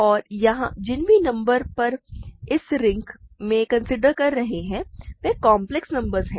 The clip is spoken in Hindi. और यहाँ जिन भी नंबर पर हम इस रिंग में कंसीडर कर रहे हैं वे काम्प्लेक्स नंबर्स हैं